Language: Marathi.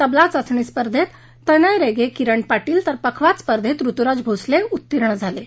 तबला चाचणी स्पर्धेत तनय रेगे आणि किरण पाटील तर पखवाज स्पर्धेत रूतुराज भोसले उत्तीर्ण झालेत